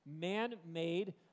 man-made